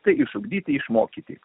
tai išugdyti išmokyti